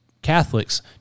Catholics